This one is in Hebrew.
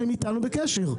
שהם איתנו בקשר.